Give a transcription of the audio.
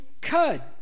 cud